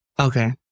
Okay